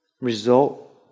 result